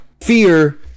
fear